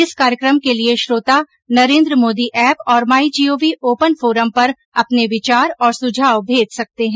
इस कार्यक्रम के लिए श्रोता नरेन्द्र मोदी एप और माई जीओवी ओपन फोरम पर अपने विचार और सुझाव भेज सकते हैं